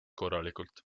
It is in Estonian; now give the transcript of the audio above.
korralikult